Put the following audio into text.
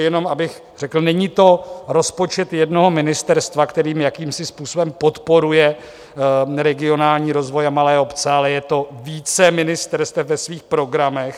Jenom bych řekl, není to rozpočet jednoho ministerstva, kterým jakýmsi způsobem podporuje regionální rozvoj a malé obce, ale je to více ministerstev ve svých programech.